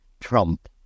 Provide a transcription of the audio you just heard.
Trump